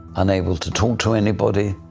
unable to talk to anybody